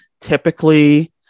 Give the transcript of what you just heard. typically